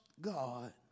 God